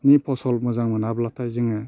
नि फसल मोजां मोनाब्लाथाय जोङो